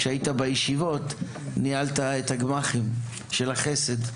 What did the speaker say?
כשהיית בישיבות ניהלת את הגמ"חים של החסד,